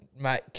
Mate